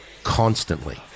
constantly